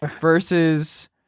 versus